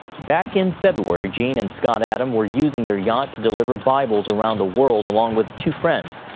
back in february, jean and scott adam were using their yacht to deliver bibles around the world along with two friends.